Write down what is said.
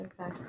okay